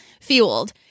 fueled